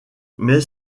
mais